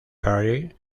perry